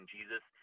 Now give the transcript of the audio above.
Jesus